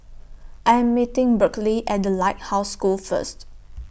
I Am meeting Berkley At The Lighthouse School First